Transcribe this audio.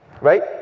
Right